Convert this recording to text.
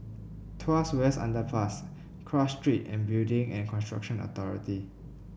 Tuas West Underpass Cross Street and Building and Construction Authority